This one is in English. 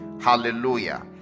Hallelujah